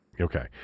Okay